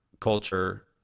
culture